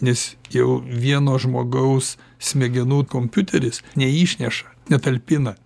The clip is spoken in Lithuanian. nes jau vieno žmogaus smegenų kompiuteris neišneša netalpina